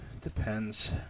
Depends